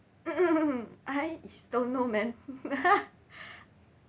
I don't know man